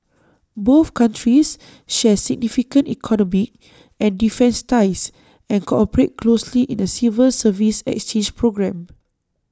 both countries share significant economic and defence ties and cooperate closely in A civil service exchange programme